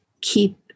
keep